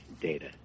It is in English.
data